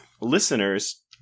listeners